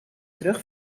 terug